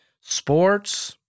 Sports